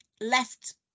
left